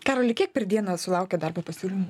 karoli kiek per dieną sulauki darbo pasiūlymų